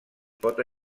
pot